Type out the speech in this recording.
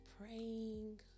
praying